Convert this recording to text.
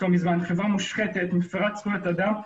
חברה מושחתת, מפרת זכויות אדם.